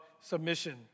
submission